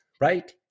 right